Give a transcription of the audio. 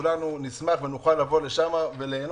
כולנו נשמח ונוכל לבוא וליהנות,